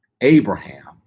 abraham